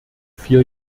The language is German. vier